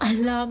!alamak!